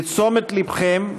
לתשומת ליבכם,